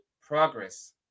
progress